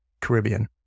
Caribbean